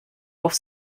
auf